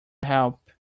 help